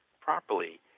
properly